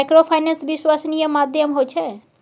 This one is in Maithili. माइक्रोफाइनेंस विश्वासनीय माध्यम होय छै?